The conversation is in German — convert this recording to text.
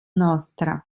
nostra